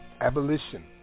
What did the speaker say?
Abolition